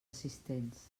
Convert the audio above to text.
assistents